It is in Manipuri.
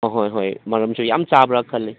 ꯑꯍꯣꯏ ꯍꯣꯏ ꯃꯔꯝꯁꯨ ꯌꯥꯝ ꯆꯥꯕ꯭ꯔꯥ ꯈꯜꯂꯤ